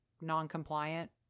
non-compliant